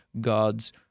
God's